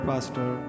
Pastor